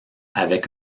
avec